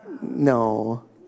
No